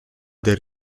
del